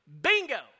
bingo